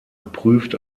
geprüft